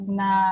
na